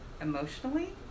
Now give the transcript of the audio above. emotionally